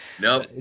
Nope